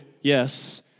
yes